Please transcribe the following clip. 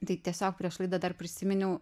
tai tiesiog prieš laidą dar prisiminiau